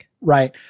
Right